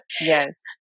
Yes